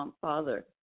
father